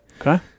Okay